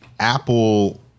Apple